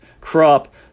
crop